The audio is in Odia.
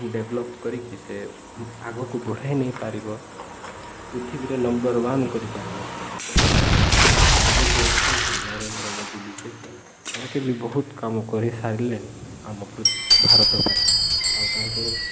ଡେଭଲପ୍ କରିକି ସେ ଆଗକୁ ବଢ଼େଇ ନେଇପାରିବ ପୃଥିବୀରେ ନମ୍ବର ୱାନ୍ କରିପାରିବ ସେ ଆଉ ଏବେ ଯିଏ ଅଛନ୍ତି ନରେନ୍ଦ୍ର ମୋଦୀ ବିଜେପି ତାଙ୍କେ ବି ବହୁତ କାମ କରିସାରିଲେଣି ଆମ ଭାରତ ପାଇଁ ଆଉ ତାଙ୍କେ